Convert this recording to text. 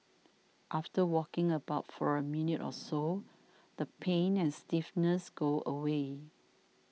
after walking about for a minute or so the pain and stiffness go away